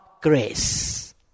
Grace